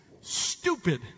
stupid